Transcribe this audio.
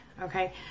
Okay